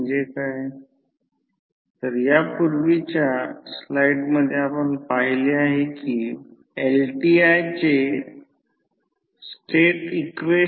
म्हणून असे गृहीत धरू की कोणतेही लॉसेस नाहीत V1 N1 V2 N2 करू शकतो